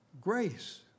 Grace